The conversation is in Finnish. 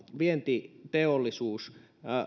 vientiteollisuus